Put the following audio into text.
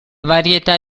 varietà